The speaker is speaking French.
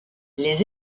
les